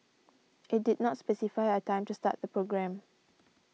it did not specify a time to start the programme